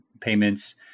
payments